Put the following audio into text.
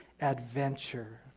adventure